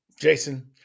Jason